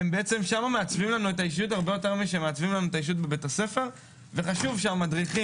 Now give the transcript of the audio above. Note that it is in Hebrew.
שם הם מעצבים לנו את האישיות הרבה יותר מאשר בבית הספר וחשוב שהמדריכים